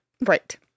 Right